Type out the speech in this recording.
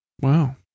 Wow